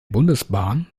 bundesbahn